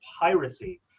piracy